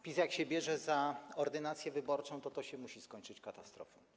PiS, jak się bierze za ordynację wyborczą, to to się musi skończyć katastrofą.